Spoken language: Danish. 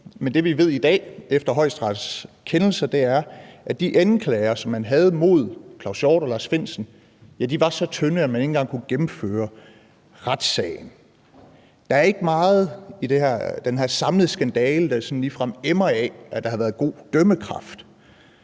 men det, vi i dag ved efter Højesterets kendelse, er, at de anklager, som man havde imod Claus Hjort Frederiksen og Lars Findsen, var så tynde, at man ikke engang kunne gennemføre retssagen. Der er ikke meget i den her samlede skandale, der sådan ligefrem emmer af, at der har været god dømmekraft.